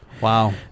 Wow